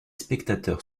spectateurs